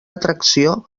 atracció